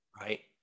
right